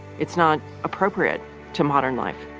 it's not appropriate to modern life.